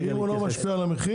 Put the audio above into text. אם הא לא משפיע על המחיר